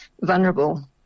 vulnerable